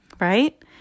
right